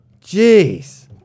jeez